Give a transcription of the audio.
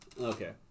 Okay